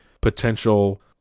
potential